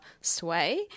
Sway